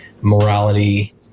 Morality